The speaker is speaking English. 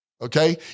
okay